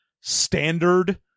standard